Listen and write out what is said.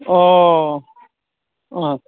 अ